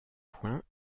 point